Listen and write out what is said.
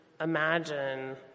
imagine